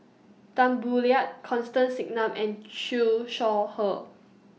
Tan Boo Liat Constance Singam and Shaw Her